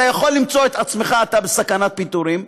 אתה יכול למצוא את עצמך בסכנת פיטורים,